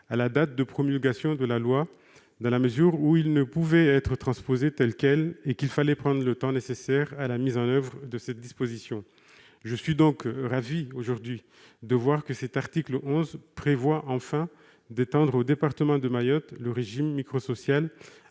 à la date de promulgation de la loi, dans la mesure où il ne pouvait être transposé tel quel. Il fallait prendre le temps nécessaire à sa mise en oeuvre. Je suis donc ravi aujourd'hui que l'article 11 prévoie enfin d'étendre au département de Mayotte le régime microsocial,